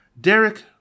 Derek